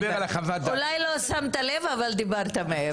אולי לא שמת לב אבל דיברת מעבר.